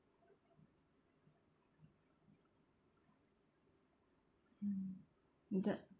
mm that